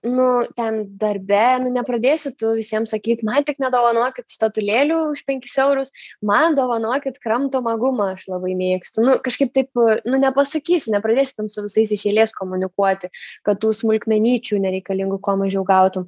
nu ten darbe nu nepradėsi tu visiem sakyt man tik nedovanokit statulėlių už penkis eurus man dovanokit kramtomą gumą aš labai mėgstu nu kažkaip taip nu nepasakysi nepradėsi ten su visais iš eilės komunikuoti kad tų smulkmenyčių nereikalingų kuo mažiau gautum